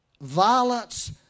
violence